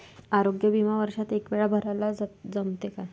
आरोग्य बिमा वर्षात एकवेळा भराले जमते का?